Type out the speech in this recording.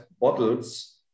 bottles